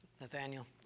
Nathaniel